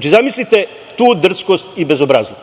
zamislite tu drskost i bezobrazluk.